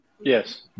Yes